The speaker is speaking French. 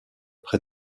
près